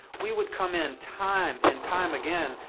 we would come in time and time again,